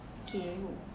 okay